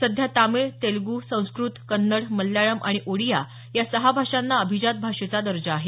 सध्या तामिळ तेलगु संस्कृत कन्नड मल्याळम् आणि ओडिया या सहा भाषाना अभिजात भाषेचा दर्जा आहे